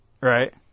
Right